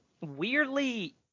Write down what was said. weirdly